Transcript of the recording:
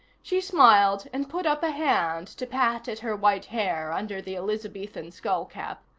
she smiled, and put up a hand to pat at her white hair under the elizabethan skullcap.